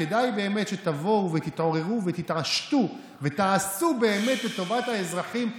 כדאי באמת שתבואו ותתעוררו ותתעשתו ותעשו באמת לטובת האזרחים.